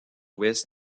ouest